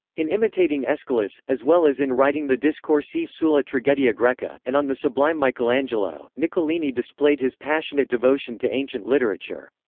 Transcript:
in imitating aeschylus, as well as in writing the discorsi sulla tragedia greca, and on the sublime michelangelo, niccolini displayed his passionate devotion to ancient literature.